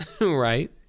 right